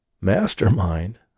Mastermind